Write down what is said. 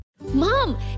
Mom